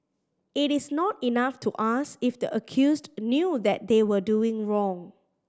it is not enough to ask if the accused knew that they were doing wrong